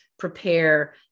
prepare